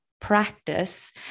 practice